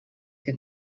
que